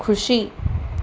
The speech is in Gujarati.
ખુશી